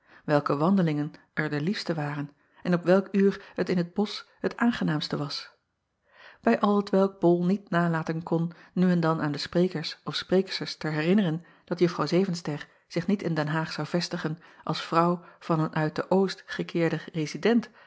welke wandelingen er de liefste waren en op welk uur het in het osch het aangenaamste was bij al hetwelk ol niet nalaten kon nu en dan aan de sprekers of spreeksters te herinneren dat uffrouw evenster zich niet in den aag zou vestigen als vrouw van een uit de ost gekeerden